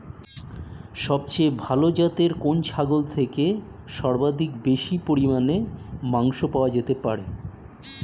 সবচেয়ে ভালো যাতে কোন ছাগল থেকে সর্বাধিক বেশি পরিমাণে মাংস পাওয়া যেতে পারে?